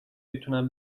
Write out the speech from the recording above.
میتونم